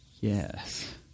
Yes